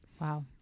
Wow